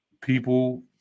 people